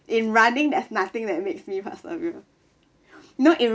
in running there is nothing that makes me persevere no in